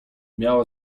miała